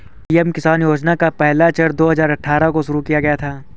PM Kisan योजना का पहला चरण दो हज़ार अठ्ठारह को शुरू किया गया था